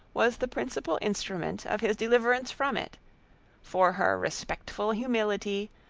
was the principal instrument of his deliverance from it for her respectful humility,